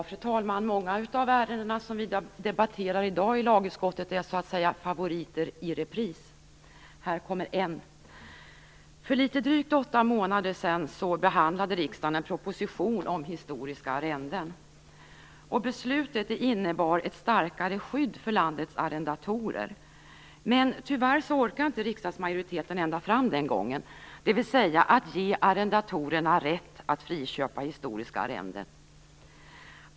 Fru talman! Många av de ärenden som vi debatterar i dag i lagutskottet är favoriter i repris. Här kommer en sådan. För litet drygt åtta månader sedan behandlade riksdagen en proposition om historiska arrenden. Beslutet innebar ett starkare skydd för landets arrendatorer. Tyvärr orkade inte riksdagsmajoriteten ända fram den gången, dvs. att man skulle ge arrendatorerna rätt att friköpa historiska arrenden.